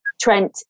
Trent